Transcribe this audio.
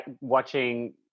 watching